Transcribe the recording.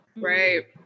Right